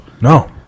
No